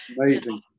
amazing